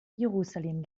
jerusalem